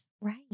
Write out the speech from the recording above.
Right